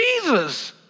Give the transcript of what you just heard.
Jesus